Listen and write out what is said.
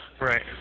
Right